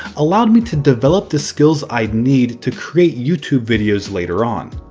allowed me to develop the skills i'd need to create youtube videos later on.